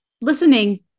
listening